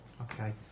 Okay